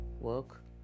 Work